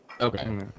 Okay